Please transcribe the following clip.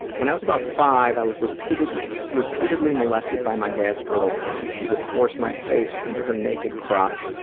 when i was about five, i was repeatedly repeatedly molested by my dad's girlfriend. she would force my face into her naked crotch,